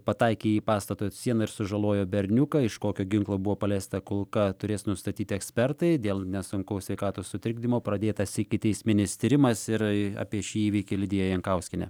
pataikė į pastato sieną ir sužalojo berniuką iš kokio ginklo buvo paleista kulka turės nustatyti ekspertai dėl nesunkaus sveikatos sutrikdymo pradėtas ikiteisminis tyrimas ir apie šį įvykį lidija jankauskienė